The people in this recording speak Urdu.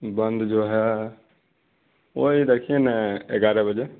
بند جو ہے وہ ہی رکھیے نا گیارہ بجے